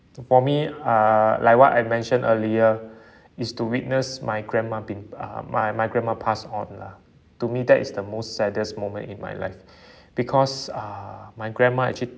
for me uh like what I mentioned earlier is to witness my grandma been uh my my grandma pass on lah to me that is the most saddest moment in my life because ah my grandma actually